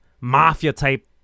mafia-type